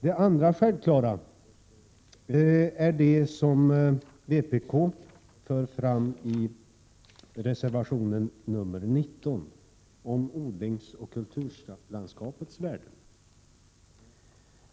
Det andra självklara argumentet är det som vpk för fram i reservation 19 om odlingsoch kulturlandskapets värde.